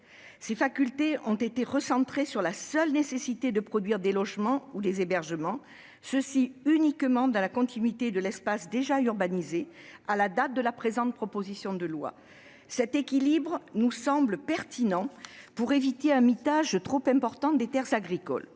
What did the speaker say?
Ces facultés ont été recentrées sur la seule nécessité de produire des logements ou des hébergements, et ce uniquement dans la continuité de l'espace déjà urbanisé à la date de la présente proposition de loi. Cet équilibre nous semble pertinent pour éviter un mitage trop important des terres agricoles.